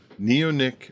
Neonic